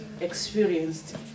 experienced